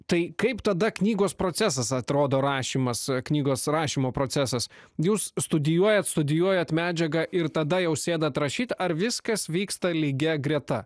tai kaip tada knygos procesas atrodo rašymas knygos rašymo procesas jūs studijuojat studijuojat medžiagą ir tada jau sėdat rašyt ar viskas vyksta lygia greta